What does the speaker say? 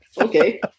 Okay